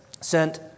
sent